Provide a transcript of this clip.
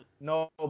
No